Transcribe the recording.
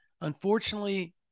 unfortunately